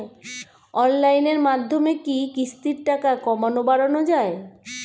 অনলাইনের মাধ্যমে কি কিস্তির টাকা কমানো বাড়ানো যায়?